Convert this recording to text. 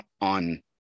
on